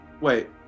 wait